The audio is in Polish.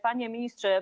Panie Ministrze!